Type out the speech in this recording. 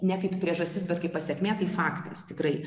ne kaip priežastis bet kaip pasekmė tai faktas tikrai